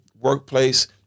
workplace